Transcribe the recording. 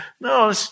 no